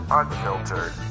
unfiltered